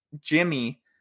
Jimmy